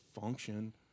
function